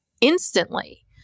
instantly